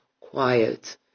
quiet